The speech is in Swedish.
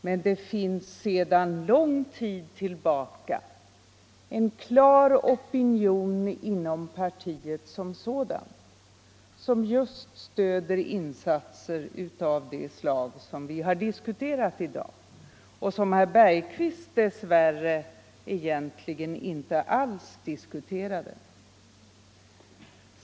Men det finns sedan lång tid tillbaka inom partiet självt en klar opinion som stöder insatser av det slag som vi har diskuterat i dag. Dessa har herr Bergqvist dess värre egentligen inte alls diskuterat.